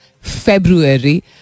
February